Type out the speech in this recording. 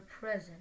present